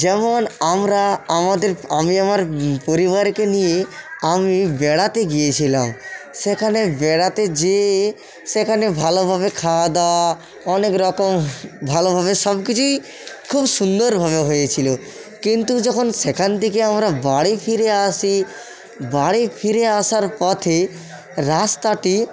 যেমন আমরা আমাদের আমি আমার পরিবারকে নিয়ে আমি বেড়াতে গিয়েছিলাম সেখানে বেড়াতে গিয়ে সেখানে ভালোভাবে খাওয়া দাওয়া অনেক রকম ভালোভাবে সব কিছুই খুব সুন্দরভাবে হয়েছিলো কিন্তু যখন সেখান থেকে আমরা বাড়ি ফিরে আসি বাড়ি ফিরে আসার পথে রাস্তাতে